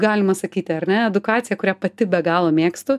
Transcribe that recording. galima sakyti ar ne edukacija kurią pati be galo mėgstu